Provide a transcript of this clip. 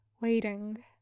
waiting